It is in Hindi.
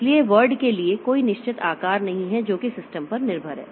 इसलिए वर्ड के लिए कोई निश्चित आकार नहीं है जो कि सिस्टम पर निर्भर है